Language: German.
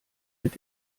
mit